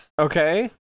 okay